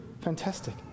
fantastic